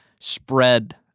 spread